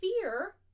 fear